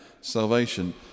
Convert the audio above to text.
salvation